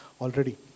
already